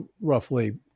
roughly